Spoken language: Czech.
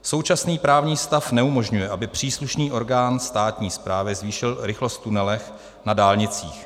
Současný právní stav neumožňuje, aby příslušný orgán státní správy zvýšil rychlost v tunelech na dálnicích.